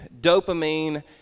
dopamine